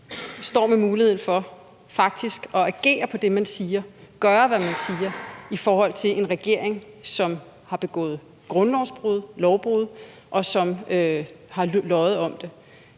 står med muligheden for faktisk at gøre, hvad man siger, i forhold til en regering, som har begået grundlovsbrud og lovbrud, og som har løjet om det.